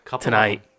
tonight